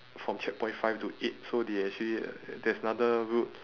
from checkpoint five to eight so they actually uh there's another route